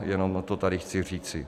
Jenom to tady chci říci.